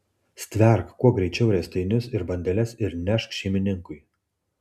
stverk kuo greičiau riestainius ir bandeles ir nešk šeimininkui